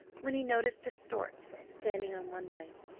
when he noticed a stork standing on one leg,